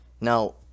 Now